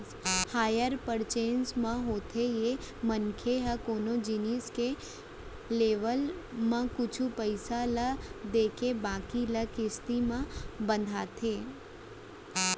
hire purchase म होथे ये मनसे ह कोनो जिनिस के लेवब म कुछ पइसा ल देके बाकी ल किस्ती म बंधाथे